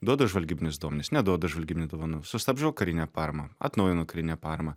duoda žvalgybinius duomenis neduoda žvalgybinių duomenų sustabdžiau karinę paramą atnaujinu karinę paramą